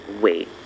Wait